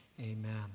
amen